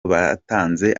batanze